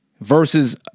Versus